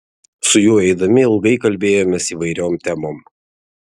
su juo eidami ilgai kalbėjomės įvairiom temom